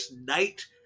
night